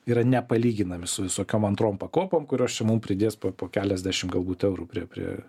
yra nepalyginami su visokiom antrom pakopom kurios čia mums pridės po keliasdešimt galbūt eurų prie prie